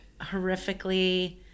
horrifically